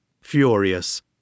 furious